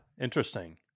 Interesting